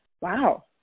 wow